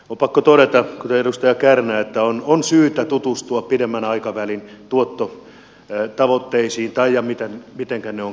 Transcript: on pakko todeta kuten edustaja kärnä että on syytä tutustua pidemmän aikavälin tuottotavoitteisiin ja mitenkä ne ovat kertyneet